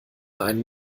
einen